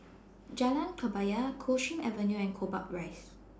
Jalan Kebaya Coldstream Avenue and Gombak Rise